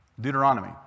deuteronomy